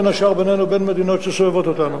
בין השאר בינינו לבין מדינות שסובבות אותנו.